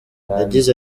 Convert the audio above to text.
yagize